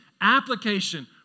Application